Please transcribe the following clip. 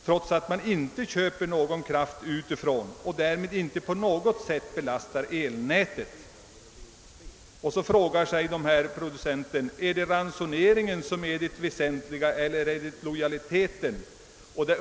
Trots att man inte köper någon kraft utifrån och därmed inte på något sätt belastar elnätet. ——— Är det ransoneringen som är det väsentliga eller är det lojaliteten?